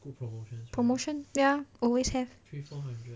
promotion ya always have